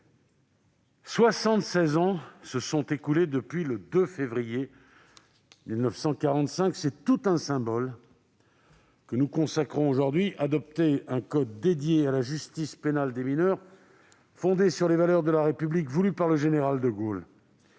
ans se sont écoulés depuis le 2 février 1945. C'est tout un symbole que nous consacrons aujourd'hui : adopter un code dédié à la justice pénale des mineurs, fondé sur les valeurs de la République voulues par le général de Gaulle.